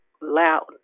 loud